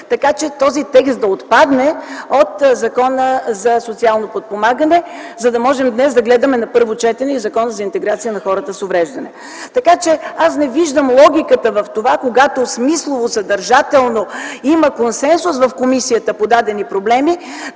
така че този текст да отпадне от Закона за социално подпомагане, за да може днес да гледаме на първо четене и Законопроекта за интеграция на хората с увреждания. Така че не виждам логиката в това, когато смислово, съдържателно има консенсус в комисията по дадени проблеми,